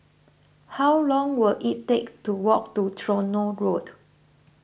how long will it take to walk to Tronoh Road